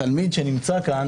התלמיד שנמצא פה,